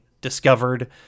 discovered